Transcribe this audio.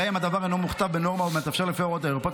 גם אם הדבר אינו מוכתב בנורמה או מתאפשר לפי ההוראה האירופאית